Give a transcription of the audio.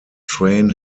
train